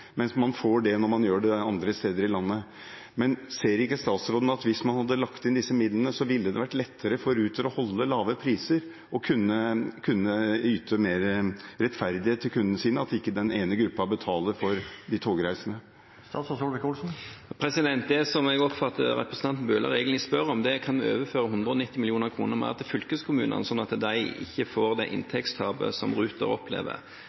mens man får det når man gjør det andre steder i landet. Ser ikke statsråden at hvis man hadde lagt inn disse midlene, ville det vært lettere for Ruter å holde lave priser og å kunne yte mer rettferdighet til kundene sine – at ikke den ene gruppen betaler for de togreisende? Det som jeg oppfatter at representanten Bøhler egentlig spør om, er om vi kan overføre 190 mill. kr mer til fylkeskommunene, slik at de ikke får det inntektstapet som Ruter opplever.